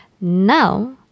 Now